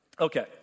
Okay